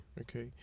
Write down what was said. okay